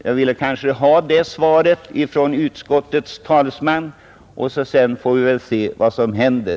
Jag ville kanske ha det svaret från utskottets talesman, och sedan får vi väl se vad som händer.